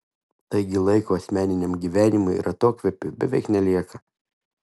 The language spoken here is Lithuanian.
taigi laiko asmeniniam gyvenimui ir atokvėpiui beveik nelieka